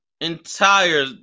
entire –